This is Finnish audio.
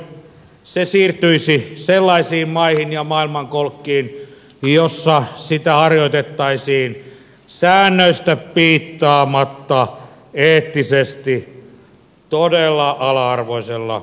päinvastoin se siirtyisi sellaisiin maihin ja maailmankolkkiin joissa sitä harjoitettaisiin säännöistä piittaamatta eettisesti todella ala arvoisella tavalla